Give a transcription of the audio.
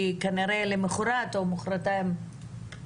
כי כנראה למוחרת אנחנו נמות.